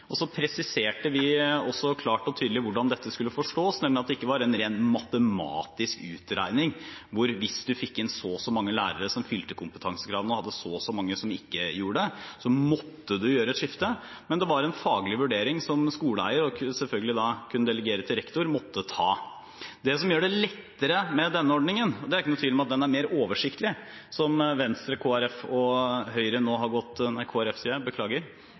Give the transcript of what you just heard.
og så presiserte vi klart og tydelig hvordan dette skulle forstås, nemlig at det ikke var en ren matematisk utregning, hvor man, hvis man fikk inn så og så mange lærere som fylte kompetansekravene og hadde så og så mange som ikke gjorde det, måtte gjøre et skifte. Det var en faglig vurdering som skoleeier – som selvfølgelig kunne delegere til rektor – måtte ta. Det som gjør det lettere med denne ordningen – det er det ikke noen tvil om – er at den er mer oversiktlig. Det som Venstre, Fremskrittspartiet og Høyre nå har gått